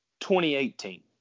2018